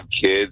kids